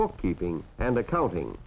bookkeeping and accounting